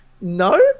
no